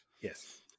Yes